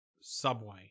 Subway